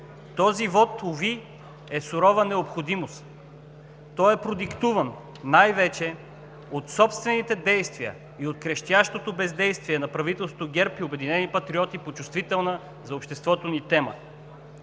Този вот, уви, е сурова необходимост. Той е продиктуван най вече от собствените действия и от крещящото бездействие на правителството на ГЕРБ и „Обединени патриоти“ по чувствителна за обществото ни тема.